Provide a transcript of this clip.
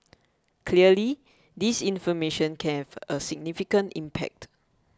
clearly disinformation can have a significant impact